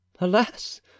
Alas